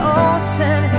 ocean